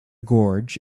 gorge